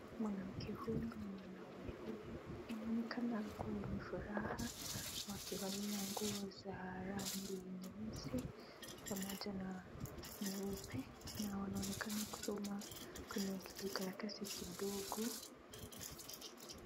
Mwanamke huyu na mwanaume huyu wanaonekana wakiwa wenye furaha, wakivalia nguo za rangi nyeusi pamoja na nyeupe, na wanaonekana kusoma kwenye kijikaratasi kidogo.